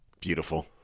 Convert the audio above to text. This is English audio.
Beautiful